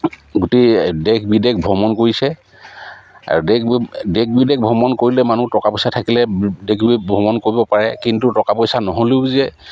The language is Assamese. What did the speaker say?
গোটেই দেশ বিদেশ ভ্ৰমণ কৰিছে আৰু দেশ দেশ বিদেশ ভ্ৰমণ কৰিলে মানুহ টকা পইচা থাকিলে দেশ বিদেশ ভ্ৰমণ কৰিব পাৰে কিন্তু টকা পইচা নহ'লেও যে